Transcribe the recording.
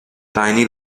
tiny